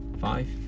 Five